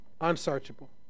unsearchable